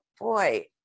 boy